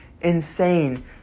insane